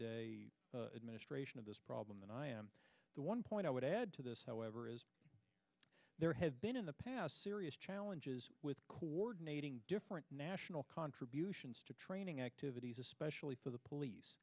day administration of this problem than i am the one point i would add to this however is there have been in the past serious challenges with coordinating different national contributions to training activities especially for the police